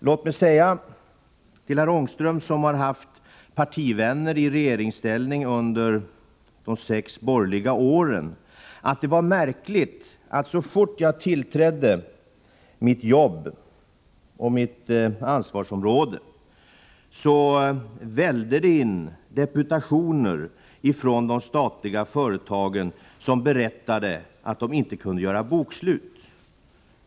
Låt mig säga till herr Ångström, som haft partivänner i regeringsställning under de sex borgerliga åren, att det så fort jag tillträdde mitt jobb och mitt ansvar vällde in deputationer från de statliga företagen, deputationer som berättade att de inte kunde göra bokslut.